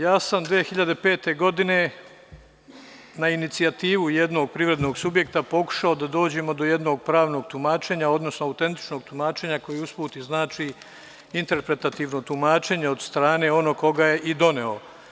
Ja sam 2005. godine na inicijativu jednog privrednog subjekta pokušao da dođemo do jednog pravnog tumačenja, odnosno autentičnog tumačenja koje usput znači i interpretativno tumačenje od strane onog ko ga je i doneo.